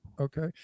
okay